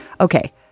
Okay